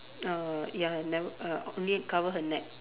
uh ya never uh only cover her neck